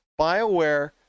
BioWare